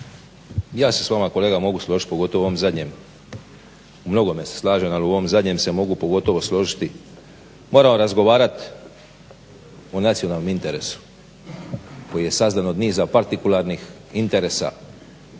Ja se s vama kolega mogu složiti, pogotovo u ovom zadnjem, u mnogome se slažem, ali u ovom zadnjem se mogu pogotovo složiti. Moramo razgovarat o nacionalnom interesu koji se sazdan od niza partikularnih interesa